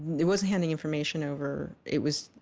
it wasn't handing information over, it was,